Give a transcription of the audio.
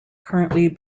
currently